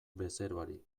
bezeroari